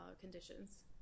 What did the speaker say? conditions